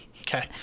Okay